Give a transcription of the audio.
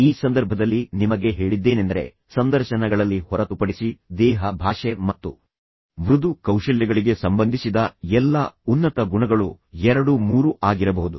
ಈ ಸಂದರ್ಭದಲ್ಲಿ ನಿಮಗೆ ಹೇಳಿದ್ದೇನೆಂದರೆ ಸಂದರ್ಶನಗಳಲ್ಲಿ ಹೊರತುಪಡಿಸಿ ದೇಹ ಭಾಷೆ ಮತ್ತು ಮೃದು ಕೌಶಲ್ಯಗಳಿಗೆ ಸಂಬಂಧಿಸಿದ ಎಲ್ಲಾ ಉನ್ನತ ಗುಣಗಳು ಎರಡು ಮೂರು ಆಗಿರಬಹುದು